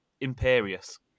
imperious